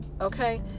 okay